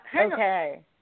okay